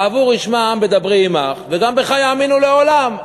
בעבור ישמע העם בדברי עמך, וגם בך יאמינו לעולם.